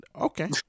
Okay